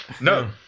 No